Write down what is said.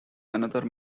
another